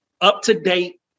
up-to-date